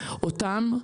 אותן.